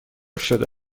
شده